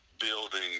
building